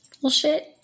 Bullshit